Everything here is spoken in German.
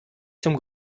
zum